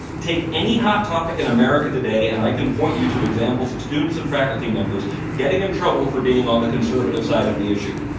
take any hot topic in america today and i can point you to examples of students and faculty members getting in trouble for being on the conservative side of the issue.